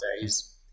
days